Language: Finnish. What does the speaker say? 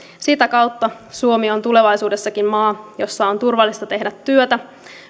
sitä kautta suomi on tulevaisuudessakin maa jossa on turvallista tehdä työtä